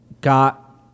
got